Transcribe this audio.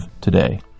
today